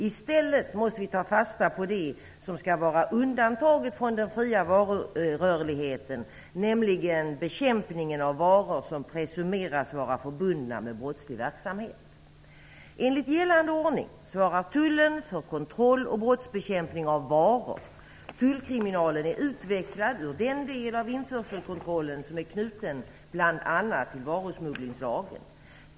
I stället måste vi ta fasta på det som skall vara undantaget från den fria varurörligheten, nämligen bekämpningen av förekomsten av varor som presumeras vara förbundna med brottslig verksamhet. Enligt gällande ordning svarar tullen för kontroll och brottsbekämpning av varor. Tullkriminalen är utvecklad ur den del av införselkontrollen som är knuten till bl.a. varusmugglingslagen.